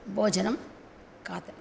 भोजनं खादामः